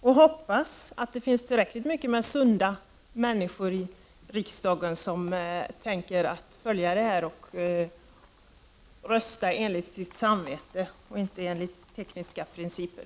Jag hoppas att det finns tillräckligt många sunda människor i riksdagen som röstar enligt sitt samvete och inte enligt tekniska principer.